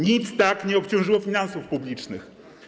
Nic tak nie obciążyło finansów publicznych.